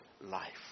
life